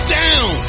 down